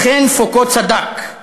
אכן, פוקו צדק,